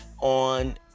on